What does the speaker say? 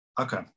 Okay